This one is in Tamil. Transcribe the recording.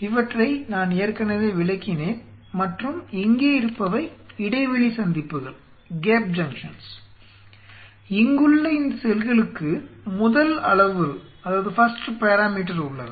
இங்குள்ள இந்த செல்களுக்கு முதல் அளவுரு உள்ளது